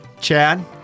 Chad